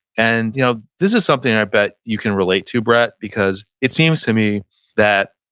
and you know this is something i bet you can relate to brett because it seems to me that,